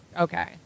Okay